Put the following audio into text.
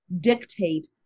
dictate